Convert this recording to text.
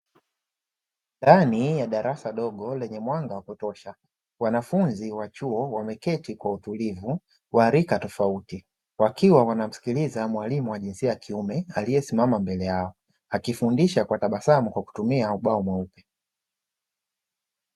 Rami ya darasa dogo lenye mwanga wa kutosha, wanafunzi wa chuo wameketi kwa utulivu wa rika tofauti. Wakiwa wanamskiliza mwalimu wa jinsia ya kiume aliesimama mbele yao, akifundisha kwa tabasamu kwa kutumia ubao mweupe.